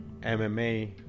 MMA